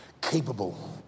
capable